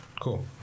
Cool